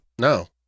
No